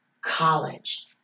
college